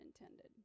intended